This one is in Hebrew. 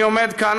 אני עומד כאן,